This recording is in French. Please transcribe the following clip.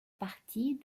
parties